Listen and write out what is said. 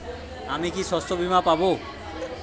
আমি কি শষ্যবীমা পাব?